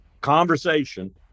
conversation